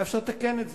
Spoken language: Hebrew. היה אפשר לתקן את זה.